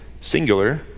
singular